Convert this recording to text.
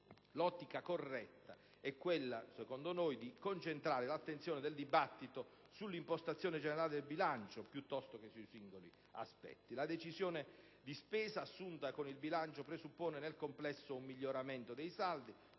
l'ottica corretta è a nostro avviso quella di concentrare l'attenzione del dibattito sull'impostazione generale del bilancio, anziché su singoli aspetti. La decisione di spesa assunta con il bilancio presuppone nel complesso un miglioramento dei saldi,